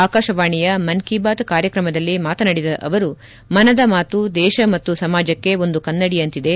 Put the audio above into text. ಆಕಾಶವಾಣಿಯ ಮನ್ ಕೇ ಬಾತ್ ಕಾರ್ಯಕ್ರಮದಲ್ಲಿ ಮಾತನಾಡಿದ ಅವರು ಮನದ ಮಾತು ದೇಶ ಮತ್ತು ಸಮಾಜಕ್ಕೆ ಒಂದು ಕನ್ನಡಿಯಂತಿದೆ